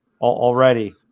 already